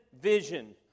vision